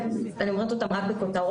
אני אומרת אותן רק בכותרות,